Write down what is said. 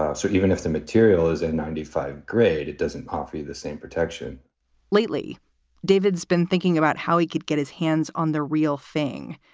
ah so even if the material is in ninety five grade, it doesn't offer you the same protection lately david's been thinking about how he could get his hands on the real thing.